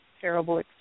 terrible